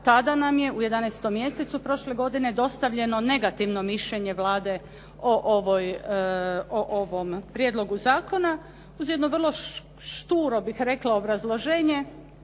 tada nam je u 11. mjesecu prošle godine dostavljeno negativno mišljenje Vlade o ovom prijedlogu zakona uz jedno vrlo šturo bih rekla obrazloženje